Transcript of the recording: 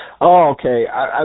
okay